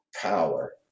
power